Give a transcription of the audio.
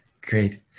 Great